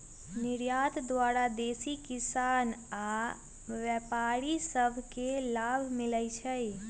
निर्यात द्वारा देसी किसान आऽ व्यापारि सभ के लाभ मिलइ छै